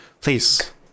Please